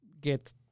get